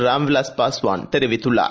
ராம் விலாஸ் பாஸ்வான் தெரிவித்துள்ளார்